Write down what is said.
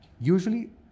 usually